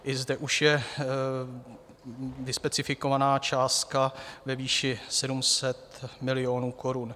I zde už je vyspecifikovaná částka ve výši 700 milionů korun.